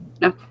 No